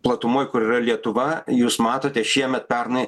platumoj kur yra lietuva jūs matote šiemet pernai